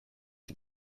and